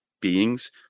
beings